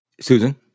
Susan